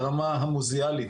ברמה המוזיאלית,